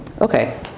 Okay